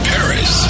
Paris